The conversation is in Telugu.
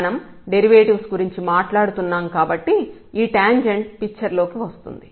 మనం డెరివేటివ్స్ గురించి మాట్లాడుతున్నాం కాబట్టి ఈ టాంజెంట్ పిక్చర్ లోకి వస్తుంది